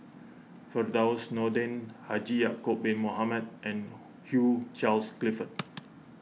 Firdaus Nordin Haji Ya'Acob Bin Mohamed and Hugh Charles Clifford